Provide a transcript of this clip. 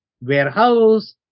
warehouse